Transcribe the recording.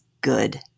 good